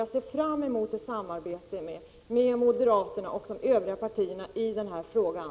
Jag ser fram emot ett samarbete med moderaterna och de övriga partierna i den här frågan.